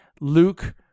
Luke